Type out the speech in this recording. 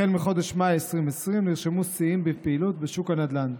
החל בחודש מאי 2020 נרשמו שיאים בפעילות בשוק הנדל"ן.